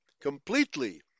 completely